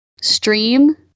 Stream